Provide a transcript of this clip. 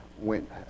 went